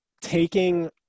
taking